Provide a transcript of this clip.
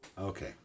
Okay